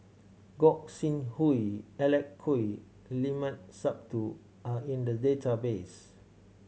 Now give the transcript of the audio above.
Gog Sing Hooi Alec Kuok Limat Sabtu are in the database